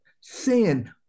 Sin